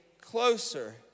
closer